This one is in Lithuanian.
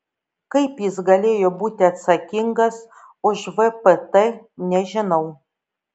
kaip jis galėjo būti atsakingas už vpt nežinau